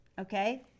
okay